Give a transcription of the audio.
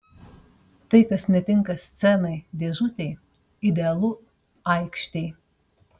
tai kas netinka scenai dėžutei idealu aikštei